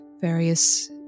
various